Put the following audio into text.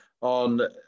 on